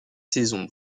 saison